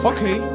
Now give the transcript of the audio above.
Okay